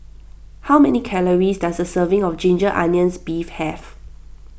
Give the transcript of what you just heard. how many calories does a serving of Ginger Onions Beef have